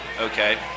okay